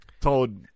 told